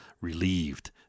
relieved